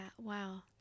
wow